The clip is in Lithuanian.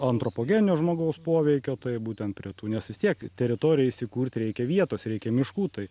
antropogeninio žmogaus poveikio tai būtent prie tų nes vis tiek teritorijoj įsikurt reikia vietos reikia miškų tai